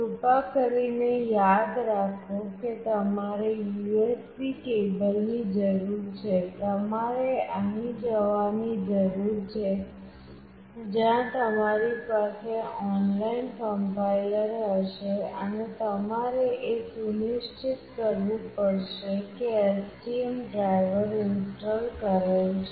કૃપા કરીને યાદ રાખો કે તમારે USB કેબલની જરૂર છે તમારે અહીં જવાની જરૂર છે જ્યાં તમારી પાસે ઓનલાઇન કમ્પાઇલર હશે અને તમારે એ સુનિશ્ચિત કરવું પડશે કે STM ડ્રાઇવર ઇન્સ્ટોલ કરેલ છે